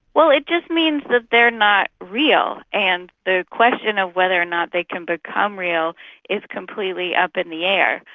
well, it just means that they're not real, and the question of ah whether or not they can become real is completely up in the air,